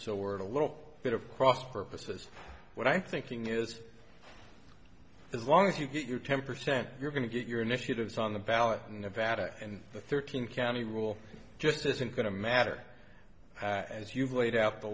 s or a little bit of cross purposes what i'm thinking is as long as you get your temper sent you're going to get your initiatives on the ballot in nevada and the thirteen county rule just isn't going to matter as you've laid out the